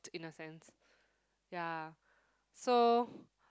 in a sense ya so